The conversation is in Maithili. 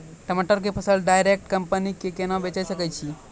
टमाटर के फसल डायरेक्ट कंपनी के केना बेचे सकय छियै?